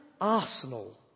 Arsenal